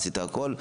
עשית הכול.